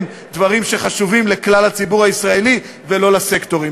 דברים שחשובים לכלל הציבור הישראלי ולא לסקטורים.